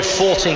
14